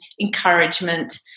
encouragement